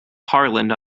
harland